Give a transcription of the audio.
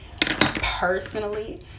personally